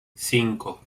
cinco